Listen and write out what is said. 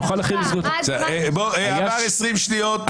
שנוכל אחרי זה --- עברו 20 שניות.